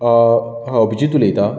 हांव अभिजीत उलयतां